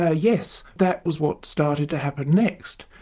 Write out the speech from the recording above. ah yes, that was what started to happen next,